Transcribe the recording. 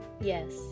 Yes